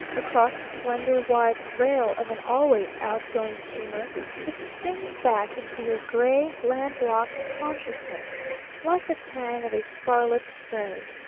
across the slender white rail of an always out-going steamer it stings back into your gray, land-locked consciousness like the tang of a scarlet spray.